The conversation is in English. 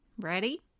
Ready